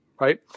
right